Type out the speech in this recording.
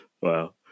wow